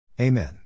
Amen